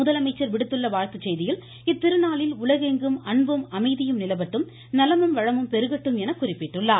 முதலமைச்சர் விடுத்துள்ள வாழ்த்துச்செய்தியில் இத்திருநாளில் உலகெங்கும் அன்பும் அமைதியும் நிலவட்டும் நலமும் வளமும் பெருகட்டும் என குறிப்பிட்டுள்ளார்